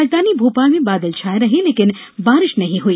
राजधानी भोपाल में बादल छाये रहे लेकिन बारिश नहीं हुई